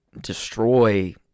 destroy